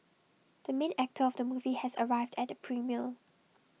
the main actor of the movie has arrived at the premiere